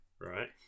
right